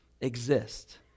exist